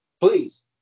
please